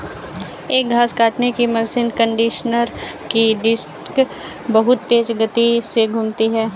एक घास काटने की मशीन कंडीशनर की डिस्क बहुत तेज गति से घूमती है